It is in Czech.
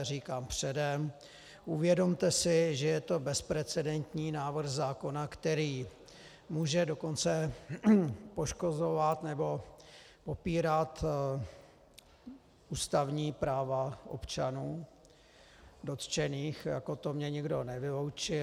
Říkám předem, uvědomte si, že je to bezprecedentní návrh zákona, který může dokonce poškozovat nebo popírat ústavní práva dotčených občanů, to mi nikdo nevyloučil.